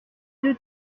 deux